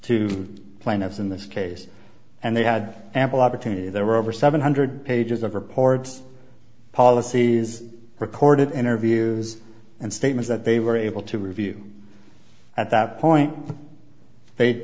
to plaintiffs in this case and they had ample opportunity there were over seven hundred pages of reports policies recorded interviews and statements that they were able to review at that point they